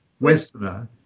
Westerner